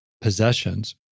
possessions